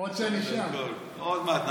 בסדר, הכול טוב, הכול נרשם, מר האוזר.